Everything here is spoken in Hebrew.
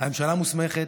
הממשלה מוסמכת.